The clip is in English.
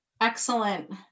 excellent